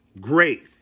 Great